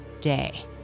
day